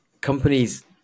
Companies